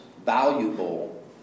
valuable